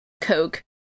Coke